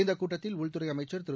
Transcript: இந்த கூட்டத்தில் உள்துறை அமைச்சர் திரு